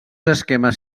esquemes